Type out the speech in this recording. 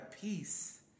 peace